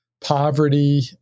poverty